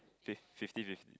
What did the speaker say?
fif~ fifty fif~